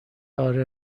اره